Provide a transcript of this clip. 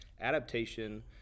adaptation